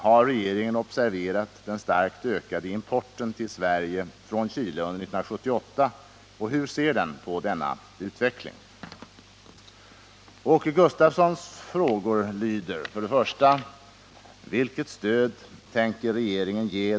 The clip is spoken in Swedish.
Har regeringen observerat den starkt ökade importen till Sverige från Chile under 1978 och hur ser den på denna utveckling? Åke Gustavssons frågor lyder: 2.